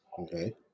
Okay